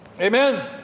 Amen